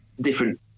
different